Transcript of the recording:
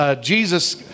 Jesus